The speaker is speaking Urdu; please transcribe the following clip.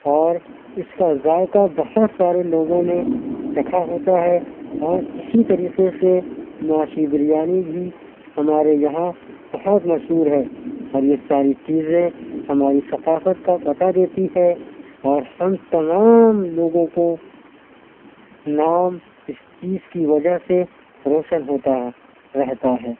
اور اس کا ذائقہ بہت سارے لوگوں نے چکھا ہوتا ہے اور اسی طریقے سے معاشی بریانی بھی ہمارے یہاں بہت مشہور ہے اور یہ ساری چیزیں ہماری ثقافت کا پتہ دیتی ہے اور ہم تمام لوگوں کو نام اس چیز کی وجہ سے روشن ہوتا ہے رہتا ہے